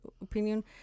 opinion